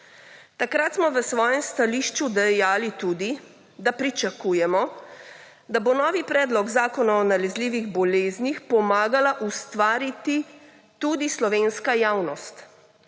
Takrat smo v svojem stališču tudi dejali, da pričakujemo, da bo novi predlog zakona o nalezljivih boleznih pomagala ustvariti tudi slovenska javnost.